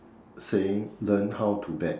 saying learn how to bet